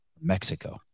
Mexico